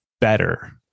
better